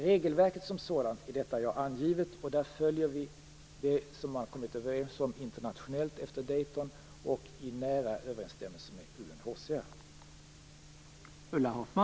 Regelverket som sådant är dock det som jag har angivit, och Sverige följer det som man kommit överens om internationellt efter Dayton och i nära överensstämmelse med UNHCR.